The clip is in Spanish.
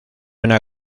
una